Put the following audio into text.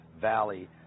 valley